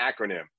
acronym